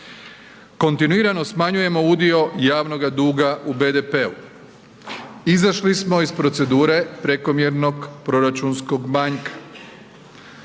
Kontinuirano smanjujemo udio javnoga duga u BDP-u. Izašli smo iz procedure prekomjernog proračunskog manjka.